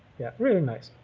yeah really nice